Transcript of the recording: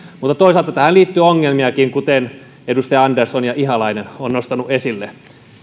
mutta toisaalta tähän liittyy ongelmiakin kuten edustaja andersson ja ihalainen ovat nostaneet esille